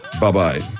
Bye-bye